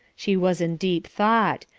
she was in deep thought,